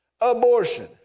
abortion